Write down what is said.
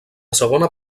segona